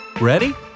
Ready